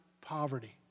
poverty